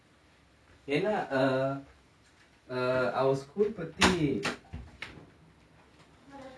ஏன்னா:yaenaa err err our school பத்தி:patthi